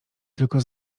tylko